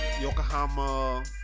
Yokohama